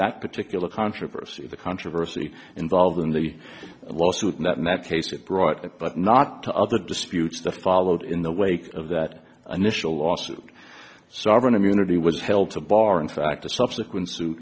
that particular controversy the controversy involved in the lawsuit not in that case it brought it but not the other disputes the followed in the wake of that initial lawsuit so auburn immunity was held to bar in fact a subsequent suit